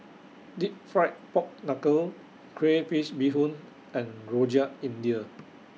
Deep Fried Pork Knuckle Crayfish Beehoon and Rojak India